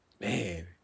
man